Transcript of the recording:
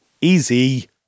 easy